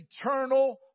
eternal